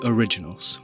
Originals